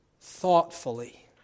thoughtfully